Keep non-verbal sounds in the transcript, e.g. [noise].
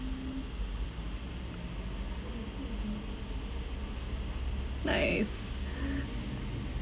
nice [breath]